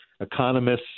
economists